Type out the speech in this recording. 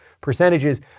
percentages